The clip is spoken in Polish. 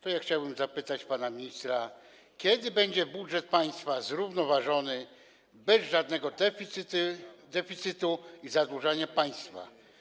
To ja chciałbym zapytać pana ministra: Kiedy będzie budżet państwa zrównoważony, bez żadnego deficytu i zadłużania państwa?